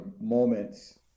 moments